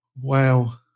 Wow